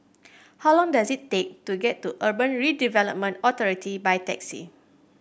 how long does it take to get to Urban Redevelopment Authority by taxi